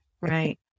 Right